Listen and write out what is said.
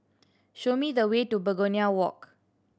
show me the way to Begonia Walk